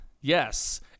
yes